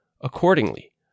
Accordingly